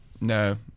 No